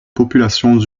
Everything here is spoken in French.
populations